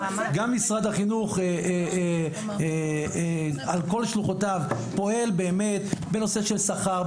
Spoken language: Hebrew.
גם משרד החינוך על כל שלוחותיו פועל בנושא של שכר,